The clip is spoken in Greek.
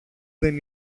δεν